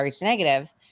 negative